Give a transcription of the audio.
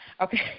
Okay